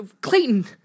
clayton